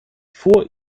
vor